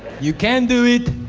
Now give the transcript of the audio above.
you can do it.